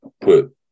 put